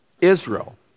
Israel